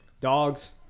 dogs